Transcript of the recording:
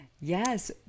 Yes